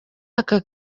aka